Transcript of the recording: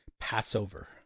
Passover